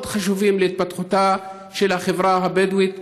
חשובים להתפתחותה של החברה הבדואית,